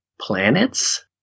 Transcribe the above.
planets